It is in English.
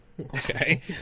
Okay